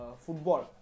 football